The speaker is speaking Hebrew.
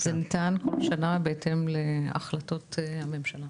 זה ניתן כל שנה בהתאם להחלטות הממשלה.